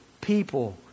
people